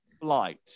flight